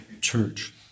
church